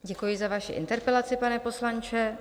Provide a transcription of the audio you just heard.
Děkuji za vaši interpelaci, pane poslanče.